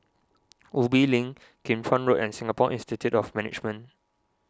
Ubi Link Kim Chuan Road and Singapore Institute of Management